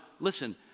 Listen